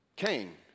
Cain